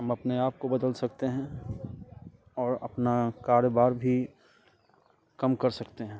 हम अपने आपको बदल सकते हैं और अपना कारोबार भी कम कर सकते हैं